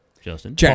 Justin